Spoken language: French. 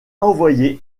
envoyé